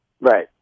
Right